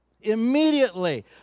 immediately